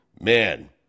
man